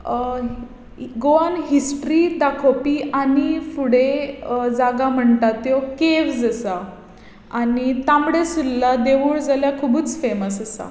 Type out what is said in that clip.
गोवांत history दाखोवपी आनी फुडें जागा म्हणटा त्यो केव्ज आसा आनी तांबडें सुर्ला देवूळ जाल्या खुबूच फेमस आसा